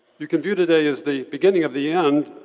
you can view today as the beginning of the end,